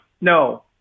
No